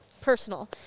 personal